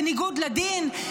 בניגוד לדין,